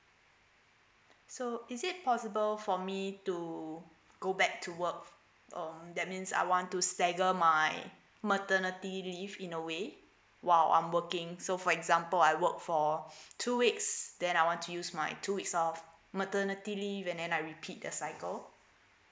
so is it possible for me to go back to work on that means I want to stagger my maternity leave in a way while I'm working so for example I work for two weeks then I want to use my two weeks of maternity leave and then I repeat the cycle